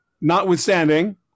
notwithstanding